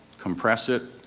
compress it,